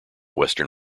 western